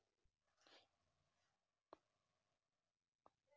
ಕೃಷಿಗ ಯಾವ ಗೊಬ್ರಾ ಛಲೋ?